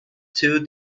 two